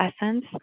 essence